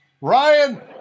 Ryan